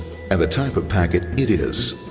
and the type of packet it is.